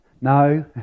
No